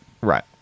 Right